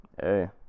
Hey